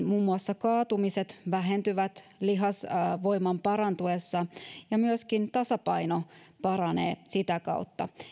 muun muassa kaatumiset vähentyvät lihasvoiman parantuessa ja myöskin tasapaino paranee sitä kautta